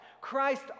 Christ